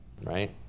Right